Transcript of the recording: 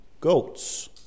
goats